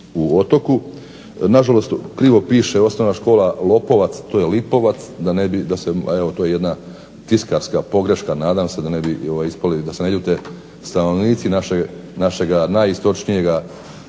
u Otoku, nažalost krivo piše Osnovna škola Lopovac, to je Lipovac, da ne bi, evo to je jedna tiskarska pogreška, nadam se, da ne bi ispali, da se ne ljute stanovnici našega najistočnijega